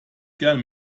gerne